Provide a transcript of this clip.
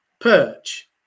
perch